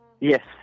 Yes